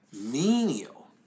Menial